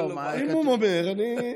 הוא, אם הוא אומר, אני,